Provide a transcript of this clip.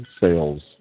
Sales